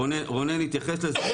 רונן יתייחס לזה,